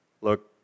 look